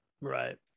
right